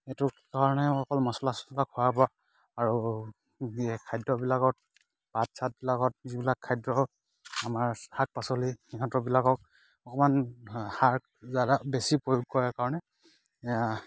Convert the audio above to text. এইটো কাৰণে অকল মচলা চছলা খোৱাৰ পৰা আৰু খাদ্যবিলাকত পাত চাতবিলাকত যিবিলাক খাদ্য আমাৰ শাক পাচলি ইহঁতৰবিলাকক অকণমান সাৰ জাদা বেছি প্ৰয়োগ কৰাৰ কাৰণে